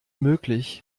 möglich